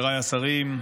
התשפ"ג 2023,